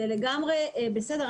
זה לגמרי בסדר,